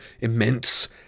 immense